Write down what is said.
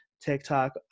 TikTok